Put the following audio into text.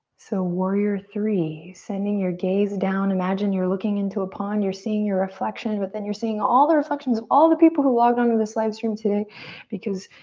so warrior iii. sending your gaze down. imagine you're looking into a pond. you're seeing your reflection but then you're seeing all the reflections of all the people who logged on to this livestream today because,